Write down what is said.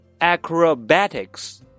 acrobatics